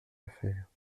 affaire